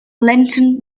lenton